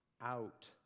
out